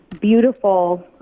beautiful